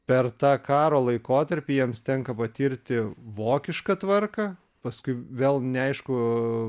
per tą karo laikotarpį jiems tenka patirti vokišką tvarką paskui vėl neaišku